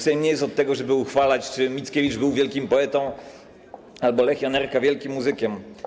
Sejm nie jest od tego, żeby uchwalać, czy Mickiewicz był wielkim poetą albo czy Lech Janerka jest wielkim muzykiem.